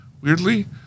weirdly